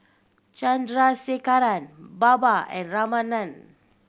Chandrasekaran Baba and Ramanand